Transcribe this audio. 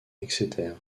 exeter